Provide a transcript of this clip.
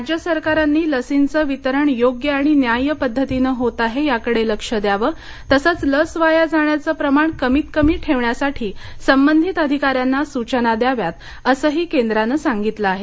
राज्य सरकारांनी लसींचं वितरण योग्य आणि न्याय्य पद्धतीनं होत आहे याकडे लक्ष द्यावं तसंच लस वाया जाण्याचं प्रमाण कमीत कमी ठेवण्यासाठी संबधित अधिकाऱ्यांना सूचना द्याव्यात असंही केंद्रानं सांगितलं आहे